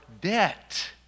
debt